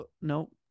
no